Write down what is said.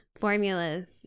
formulas